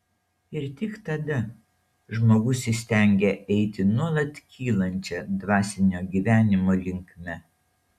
ir tik tada žmogus įstengia eiti nuolat kylančia dvasinio gyvenimo linkme